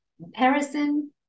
comparison